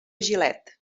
gilet